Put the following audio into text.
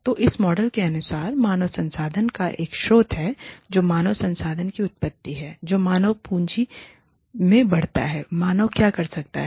तो इस मॉडल के अनुसार मानव संसाधन का एक स्रोत है जो मानव संसाधन की उत्पत्ति है जो मानव पूंजी में बढ़ता हैमानव क्या कर सकता है